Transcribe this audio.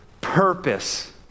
purpose